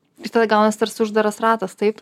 čia tada gaunas tarsi uždaras ratas taip